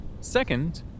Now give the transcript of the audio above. Second